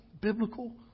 biblical